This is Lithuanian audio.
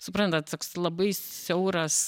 suprantat toks labai siauras